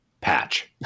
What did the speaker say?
patch